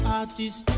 artists